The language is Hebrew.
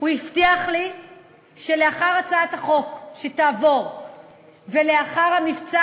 הוא הבטיח לי שלאחר הצעת החוק שתעבור ולאחר המבצע